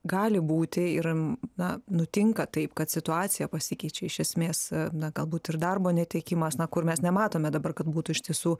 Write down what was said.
gali būti ir na nutinka taip kad situacija pasikeičia iš esmės na galbūt ir darbo netekimas na kur mes nematome dabar kad būtų iš tiesų